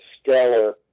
stellar